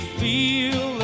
feel